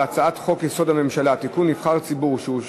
לפיכך הצעת חוק אבחון פסיכו-דידקטי לילדים נזקקים אושרה